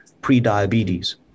pre-diabetes